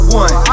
one